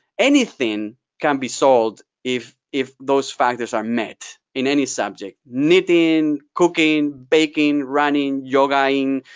anything can be sold if if those factors are met, in any subject, knitting, cooking, baking, running, yoga-ing,